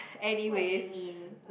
what they mean